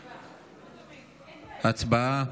הצבעה.